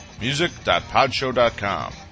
music.podshow.com